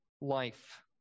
life